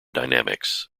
dynamics